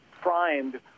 primed